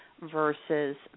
versus